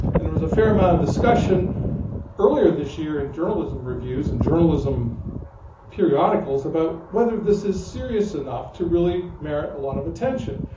and there was a fair amount of discussion earlier this year in journalism reviews and journalism periodicals about whether this is serious enough to really merit a lot of attention.